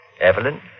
Evelyn